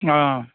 अ